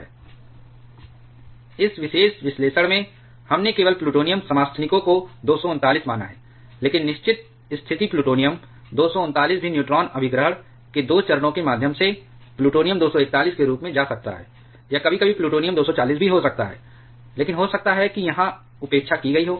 dN49dt φ σc 28 N28 φ σa 49 N49 ⇒ dN49dt φ σa 49 N49 φ σc 28 N28 ⇒ dN49dt c1 N49 c2 N49 σc 28 N28 σa 49 1 exp φ σa 49 t इस विशेष विश्लेषण में हमने केवल plutonium समस्थानिकों को 239 माना है लेकिन निश्चित स्थिति प्लूटोनियम 239 भी न्यूट्रॉन अभिग्रहण के 2 चरणों के माध्यम से प्लूटोनियम 241 के रूप में जा सकता है या कभी कभी प्लूटोनियम 240 भी हो सकता है लेकिन हो सकता है कि यहां उपेक्षा की गई हो